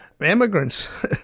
immigrants